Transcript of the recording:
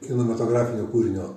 kinematografinio kūrinio